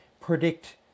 predict